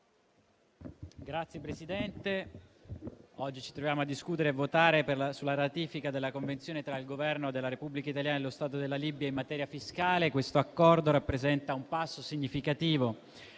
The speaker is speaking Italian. Signor Presidente, oggi ci troviamo a votare la ratifica della Convenzione tra il Governo della Repubblica italiana e lo Stato della Libia in materia fiscale. Questo accordo rappresenta un passo significativo